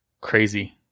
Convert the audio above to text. Crazy